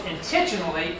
intentionally